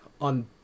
on